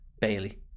Bailey